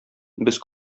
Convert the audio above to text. без